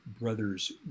Brothers